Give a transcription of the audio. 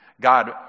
God